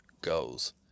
goes